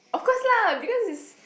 of course lah because it's